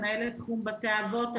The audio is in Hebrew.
אני מנהלת תחום בתי אבות.